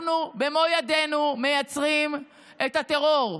אנחנו במו ידינו מייצרים את הטרור,